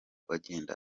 agenda